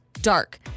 dark